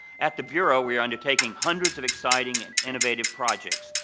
at the bureau, we're undertaking hundreds of exciting and innovative projects,